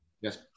Yes